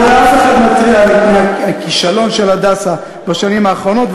אני לא רואה אף אחד מתריע מפני הכישלון של "הדסה" בשנים האחרונות.